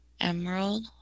Emerald